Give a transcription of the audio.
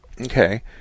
Okay